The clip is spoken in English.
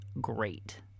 great